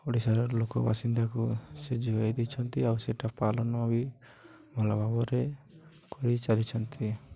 ଓଡ଼ିଶାର ଲୋକବାସିନ୍ଦାକୁ ସେ ଯୋଗାଇ ଦେଇଛନ୍ତି ଆଉ ସେଟା ପାଳନ ବି ଭଲ ଭାବରେ କରି ଚାଲିଛନ୍ତି